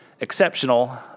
exceptional